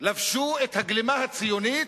שלבשו את הגלימה הציונית,